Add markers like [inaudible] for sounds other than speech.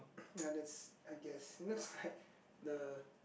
ya that's I guess next [breath] had the